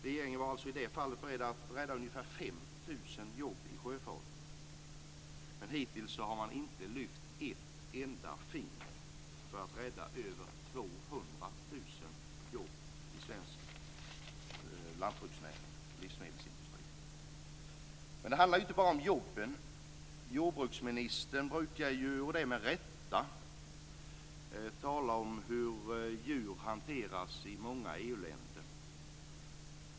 Regeringen var alltså i det fallet beredd att rädda ungefär 5 000 jobb i sjöfarten, men hittills har man inte lyft ett enda finger för att rädda över 200 000 Men det handlar inte bara om jobben. Jordbruksministern brukar - och det med rätta - tala om hur djur hanteras i många EU-länder.